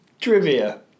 Trivia